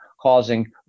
causing